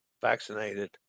vaccinated